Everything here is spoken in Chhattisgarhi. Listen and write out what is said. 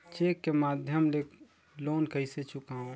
चेक के माध्यम ले लोन कइसे चुकांव?